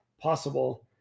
possible